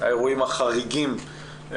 האירועים החריגים,